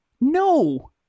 no